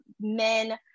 men